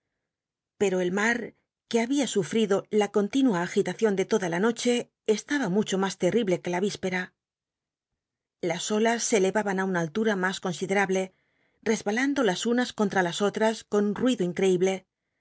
pero el mar que babia sufrido la continua agil acion de toda la noche estaba mucho mas terrible que la vispera las olas se elevaban una allura mas considerable resbalando las unas contra las otras con un ruido incl'cible ya